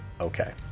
okay